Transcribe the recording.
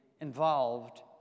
involved